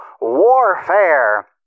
warfare